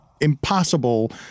impossible